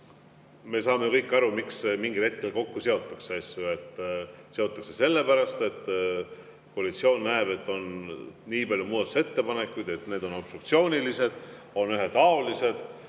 me saame ju kõik aru, miks mingil hetkel asju kokku seotakse. Sellepärast, et koalitsioon näeb, et on palju muudatusettepanekuid, need on obstruktsioonilised, ühetaolised,